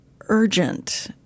urgent